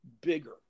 bigger